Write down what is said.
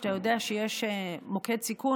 כשאתה יודע שיש מוקד סיכון,